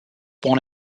born